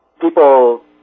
people